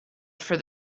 for